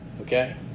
Okay